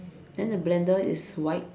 then the blender is white